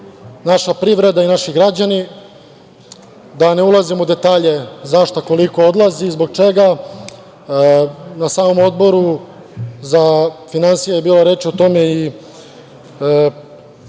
naša privreda i naši građani, da ne ulazim u detalje zašta koliko odlazi, zbog čega. Na samom Odboru za finansije je bilo reči o tome